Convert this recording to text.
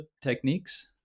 techniques